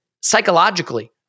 psychologically